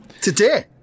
Today